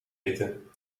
eten